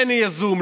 כן יהיה זום,